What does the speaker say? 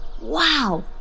Wow